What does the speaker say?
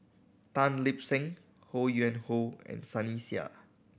Tan Lip Seng Ho Yuen Hoe and Sunny Sia